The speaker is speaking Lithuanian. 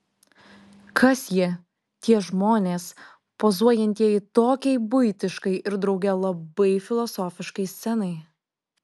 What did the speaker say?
kas jie tie žmonės pozuojantieji tokiai buitiškai ir drauge labai filosofiškai scenai